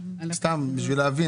סתם, כדי להבין.